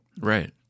right